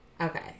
Okay